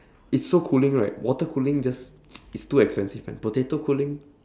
it's so cooling right water cooling just is too expensive and potato cooling